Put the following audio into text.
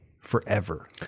forever